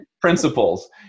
principles